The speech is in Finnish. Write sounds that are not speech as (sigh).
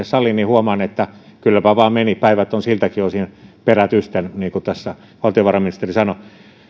(unintelligible) saliin niin huomaan että kylläpä vain meni päivät ovat siltäkin osin perätysten niin kuin tässä valtiovarainministeri sanoi